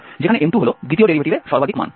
যেখানে M2 হল দ্বিতীয় ডেরিভেটিভের সর্বাধিক মান